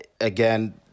again